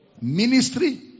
Ministry